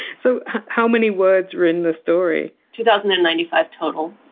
so how many words were in the story? two thousand and ninety five total.